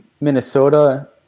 Minnesota